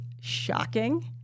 shocking